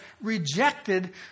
rejected